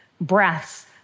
breaths